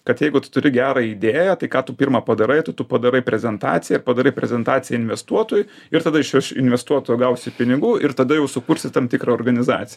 kad jeigu tu turi gerą idėją tai ką tu pirma padarai tai tu padarai prezentaciją ir padarai prezentaciją investuotojui ir tada iš iš investuotojo gausi pinigų ir tada jau sukursit tam tikrą organizaciją